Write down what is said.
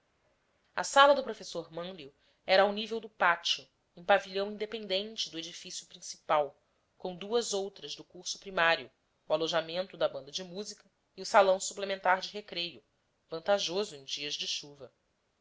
a sala do professor mânlio era ao nível do pátio em pavilhão independente do edifício principal com duas outras do curso primário o alojamento da banda de música e o salão suplementar de recreio vantajoso em dias de chuva